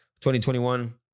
2021